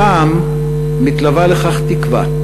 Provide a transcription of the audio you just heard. הפעם מתלווה לכך תקווה,